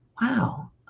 wow